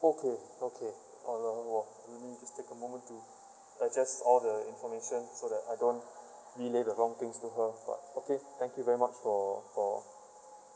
okay okay uh uh uh let me just take a moment to digest all the information so that I don't relay the wrong things to her but okay thank you very much for for